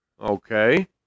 Okay